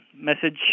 message